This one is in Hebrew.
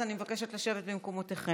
אז אני מבקשת לשבת במקומותיכם.